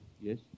Yes